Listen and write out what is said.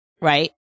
right